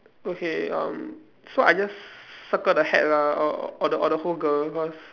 okay um so I just circle the hat lah or or the or the whole girl cause